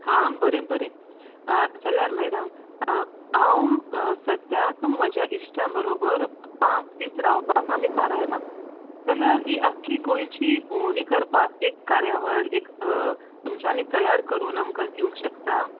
हां बरें बरें जाल्यार मॅडम हांव सध्या म्हज्या इश्टां बरोबर पांच दीस रावपाक आमी थारायलां जाल्यार ही आक्की गोंयचीं भोंवडी करपाक एक कार्यावळ एक तुमच्यानी तयार करून आमका दिवंक शकता